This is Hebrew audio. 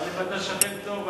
אבל אם אתה שכן טוב,